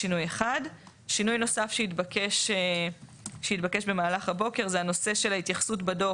(א)פעולות שבוצעו בתקופה אליה מתייחס הדוח,